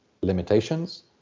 limitations